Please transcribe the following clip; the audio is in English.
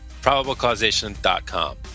probablecausation.com